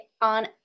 on